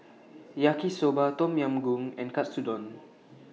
Yaki Soba Tom Yam Goong and Katsudon